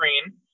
screen